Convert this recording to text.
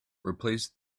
replace